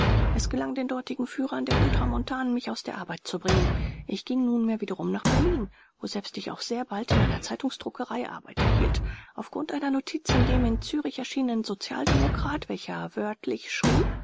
es gelang den dortigen führern der ultramontanen mich aus der arbeit zu bringen ich ging nunmehr wiederum nach berlin woselbst ich auch sehr bald in einer zeitungsdruckerei arbeit erhielt auf grund einer notiz in dem in zürich erscheinenden sozialdemokrat welcher wörtlich schrieb